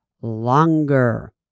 longer